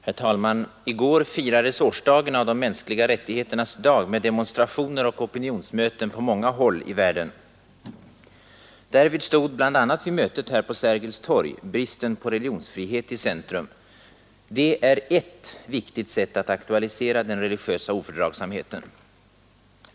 Herr talman! I går firades årsdagen av de mänskliga rättigheternas dag med demonstrationer och opinionsmöten på många håll i världen. Därvid stod bl.a. vid mötet här på Sergels torg — bristen på religionsfrihet i centrum. Detta är ett viktigt sätt att aktualisera den religiösa ofördragsamheten.